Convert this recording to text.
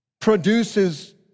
produces